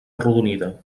arrodonida